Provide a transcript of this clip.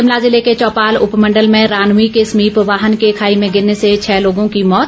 शिमला जिले के चौपाल उपमंडल में रानवी के समीप वाहन के खाई में गिरने से छः लोगों की मौत